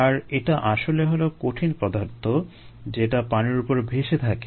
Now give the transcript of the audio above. আর এটা আসলে হলো কঠিন পদার্থ যেটা পানির উপর ভেসে থাকে